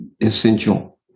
essential